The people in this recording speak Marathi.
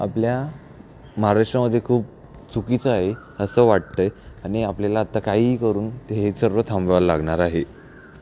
आपल्या महाराष्ट्रामध्ये खूप चुकीचं आहे असं वाटतं आहे आणि आपल्याला आत्ता काहीही करून ते हे सर्व थांबवावं लागणार आहे